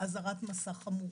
באזהרת מסע חמורה,